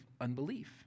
unbelief